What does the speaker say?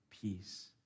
peace